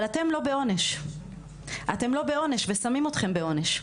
אבל אתן לא בעונש, אתן לא בעונש ושמים אתכן בעונש.